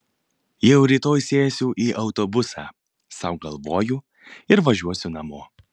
jau rytoj sėsiu į autobusą sau galvoju ir važiuosiu namo